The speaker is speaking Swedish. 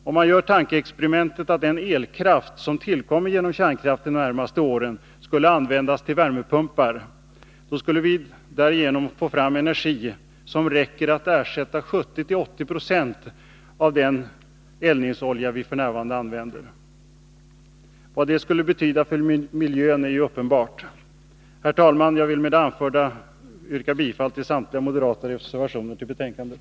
Om man gör tankeexperimentet att den elkraft som tillkommer genom kärnkraft de närmaste åren skulle användas till värmepumpar, skulle den därigenom framtagna energin räcka till att ersätta 70-80 26 av den eldningsolja vi f. n. använder. Vad detta skulle betyda för miljön är ju uppenbart. Herr talman! Med det anförda vill jag yrka bifall till samtliga moderata reservationer vid betänkandet.